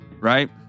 right